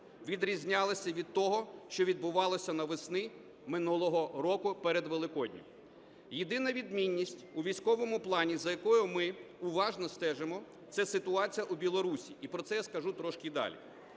відрізнялися від того, що відбувалося навесні минулого року перед Великоднем. Єдина відмінність у військовому плані, за якою ми уважно стежимо, – це ситуація у Білорусі і про це я скажу трішки далі.